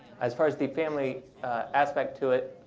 as far as the family aspect to it,